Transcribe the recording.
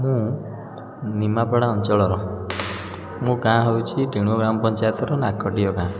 ମୁଁ ନିମାପଡ଼ା ଅଞ୍ଚଳର ମୋ ଗାଁ ହଉଛି ଟିଣ ଗ୍ରାମପଞ୍ଚାୟତର ନାକଡ଼ିହ ଗାଁ